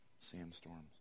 Sandstorms